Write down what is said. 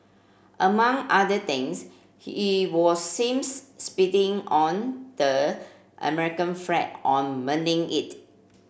among other things he was seems spitting on the American flag on burning it